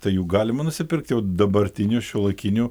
tai jų galima nusipirkti jau dabartinių šiuolaikinių